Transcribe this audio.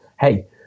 hey